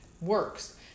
works